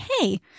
hey